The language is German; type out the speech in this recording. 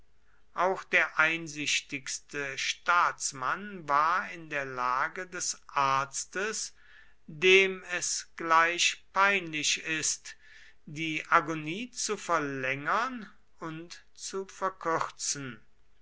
auch der einsichtigste staatsmann war in der lage des arztes dem es gleich peinlich ist die agonie zu verlängern und zu verkürzen